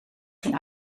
ging